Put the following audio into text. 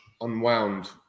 unwound